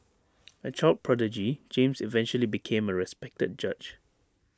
A child prodigy James eventually became A respected judge